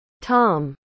Tom